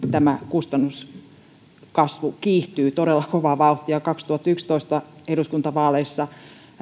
tämä kustannuskasvu kiihtyy todella kovaa vauhtia kaksituhattayksitoista eduskuntavaaleissa